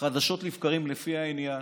חדשות לבקרים, לפי העניין.